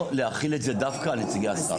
לא להחיל את זה דווקא על נציגי השר.